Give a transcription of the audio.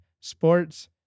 sports